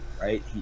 right